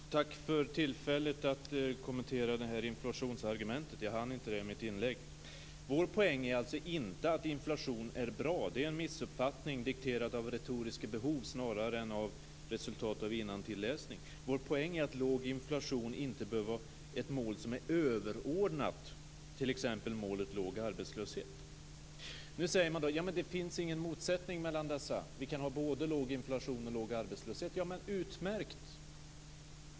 Fru talman! Tack för tillfället att kommentera inflationsargumentet. Jag hann inte det i mitt inlägg. Vår poäng är alltså inte att inflation är bra. Det är en missuppfattning dikterad av retoriska behov snarare än av resultat av innantilläsning. Vår poäng är att låg inflation inte bör vara ett mål som är överordnat t.ex. Nu säger man att det inte finns någon motsättning mellan dessa. Vi kan ha både låg inflation och låg arbetslöshet. Det är utmärkt!